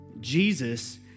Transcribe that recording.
Jesus